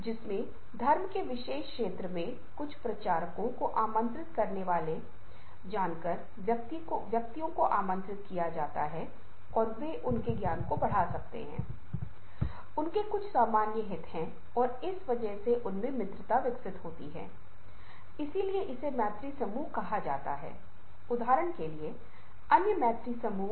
यदि आप स्पष्ट रूप से गॉथिक जैसा कुछ को देख रहे हैं कि हम तो यह कुछ अलग तरह के जुड़ाव को व्यक्त करता है तो हम कैलीब्री के साथ क्या देखने में सक्षम थे या हमें यह कहना चाहिए कि अगर हम बर्नार्ड कंक्रीट जैसी किसी चीज़ के लिए जाते हैं तो कुछ का प्रबंधन कुछ और संवाद करता है